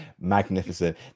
Magnificent